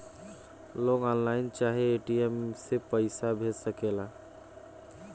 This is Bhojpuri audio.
लोग ऑनलाइन चाहे ए.टी.एम से पईसा भेज सकेला